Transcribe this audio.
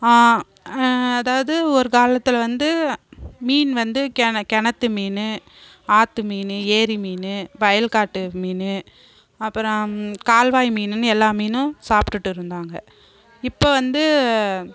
அதாவது ஒரு காலத்தில் வந்து மீன் வந்து கிண கிணத்து மீன் ஆத்து மீன் ஏரி மீன் வயல்காட்டு மீன் அப்புறம் கால்வாய் மீன்ன்னு எல்லா மீனும் சாப்பிடுட்டு இருந்தாங்க இப்போ வந்து